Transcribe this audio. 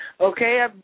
Okay